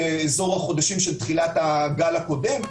בחודשים של תחילת הגל הקודם,